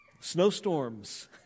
snowstorms